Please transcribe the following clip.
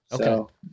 Okay